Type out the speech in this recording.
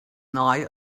nile